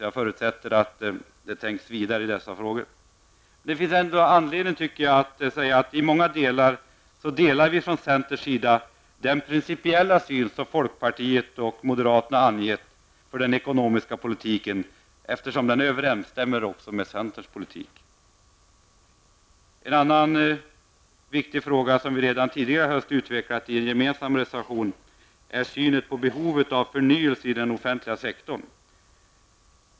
Jag förutsätter därför att det tänks vidare i dessa frågor. Det finns ändå anledning att säga att centern i många stycken delar den principiella syn som folkpartiet och moderaterna har angett för den ekonomiska politiken, eftersom den överensstämmer även med centerns politik. En annan viktig fråga som vi redan tidigare i höst utvecklat i en gemensam reservation är synen på behovet av förnyelse i den offentliga sektorn.